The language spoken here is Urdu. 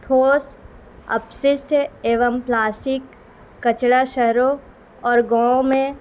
ھوس اپسسٹ ایم پلاسٹک کچڑا شروں اور گاؤں میں